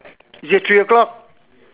is it three o-clock